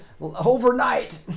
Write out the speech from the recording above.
overnight